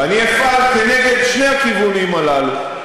ואני אפעל כנגד שני הכיוונים הללו.